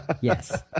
Yes